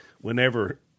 Whenever